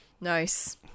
Nice